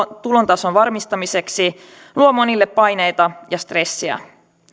tulotason varmistamiseksi luovat monille paineita ja stressiä